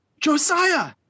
Josiah